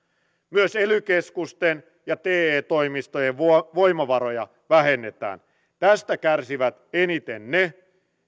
myös ely keskusten ja te toimistojen voimavaroja vähennetään tästä kärsivät eniten ne